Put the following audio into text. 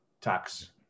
tax